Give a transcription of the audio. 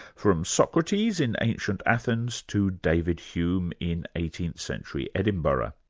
from socrates in ancient athens to david hume in eighteenth century edinburgh.